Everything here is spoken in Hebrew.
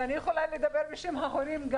ואני יכולה לדבר גם בשם ההורים.